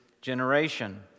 generation